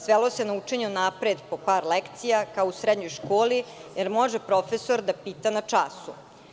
Svelo se na učenje unapred po par lekcija kao u srednjoj školi i da li može profesor da pita na času.